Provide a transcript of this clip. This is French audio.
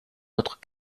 notre